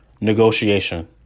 Negotiation